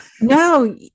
no